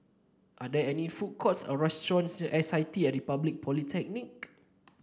are there any food courts or restaurants near S I T at Republic Polytechnic